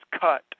cut